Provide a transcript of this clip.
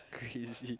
crazy